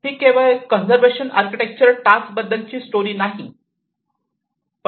ही केवळ conservation architecture task बद्दल ची स्टोरी नाही